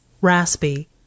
raspy